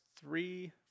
three